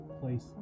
place